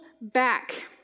back